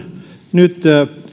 nyt